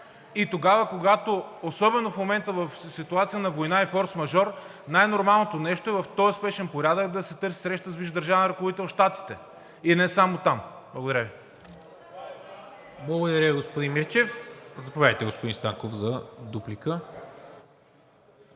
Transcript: И тогава, когато особено в момента на ситуация на война и форсмажор, най нормалното нещо е в този спешен порядък да се търси среща с висш държавен ръководител в Щатите и не само там. Благодаря Ви. ПРЕДСЕДАТЕЛ НИКОЛА МИНЧЕВ: Благодаря, господин Мирчев. Заповядайте, господин Станков, за дуплика.